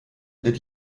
litt